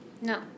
No